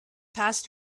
passed